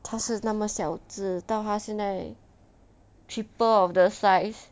它是那么小只到它现在 triple of size